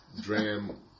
dram